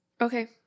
Okay